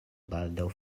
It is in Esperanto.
baldaŭ